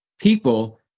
people